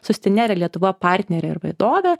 sustinere lietuva partnerė ir vadovė